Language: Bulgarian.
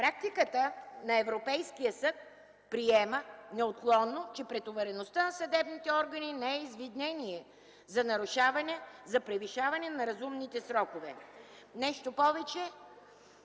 Практиката на Европейския съд приема неотклонно, че претовареността на съдебните органи не е извинение за превишаване на разумните срокове. Нещо повече,